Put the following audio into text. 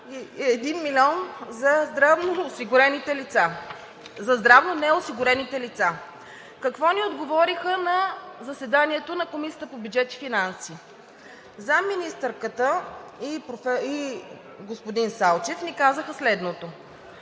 1 милион за здравно неосигурените лица. Какво ни отговориха на заседанието на Комисията по бюджет и финанси: заместник-министърката и господин Салчев ни казаха, че